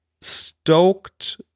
stoked